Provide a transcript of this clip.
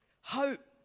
Hope